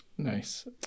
Nice